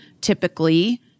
typically